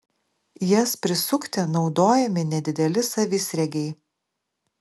jas prisukti naudojami nedideli savisriegiai